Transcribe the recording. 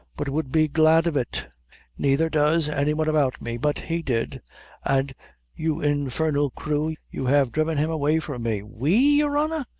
but would be glad of it neither does, any one about me but he did and you infernal crew, you have driven him away from me. we, your honor?